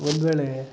ಒಂದ್ವೇಳೆ